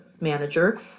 manager